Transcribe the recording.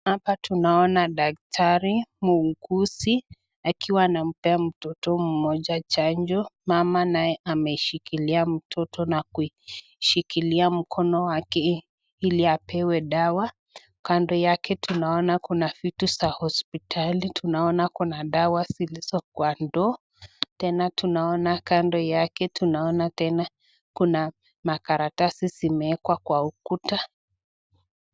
Hapa tunaona daktari, muuguzi akiwa anampea mtoto mmoja chanjo. Mama nae ameshikilia mtoto na kuishikilia mkono wake ili apewe dawa. Kando yake tunaona kuna vitu za hospitali, tunaona kuna dawa zilizo kwa ndoo. Tena tunaona, kando yake tunaona tena kuna makaratasi zimeekwa kwa ukuta.